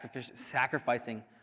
sacrificing